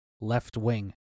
left-wing